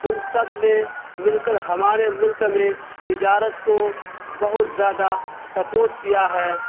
ان سب نے مل کر ہمارے ملک میں تجارت کو بہت زیادہ سپورٹ کیا ہے